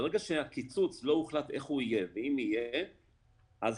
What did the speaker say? ברגע שהקיצוץ לא הוחלט איך הוא יהיה ואם יהיה, אז